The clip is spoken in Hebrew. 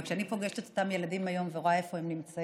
אבל כשאני פוגשת את אותם ילדים היום ורואה איפה הם נמצאים,